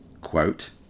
quote